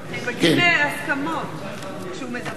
אנחנו מגיעים להסכמות כשהוא מדבר.